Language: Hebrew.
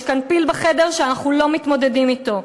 יש כאן בחדר פיל שאנחנו לא מתמודדים אתו.